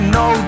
no